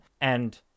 And-